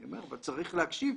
אני אומר שצריך להקשיב,